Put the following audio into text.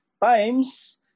times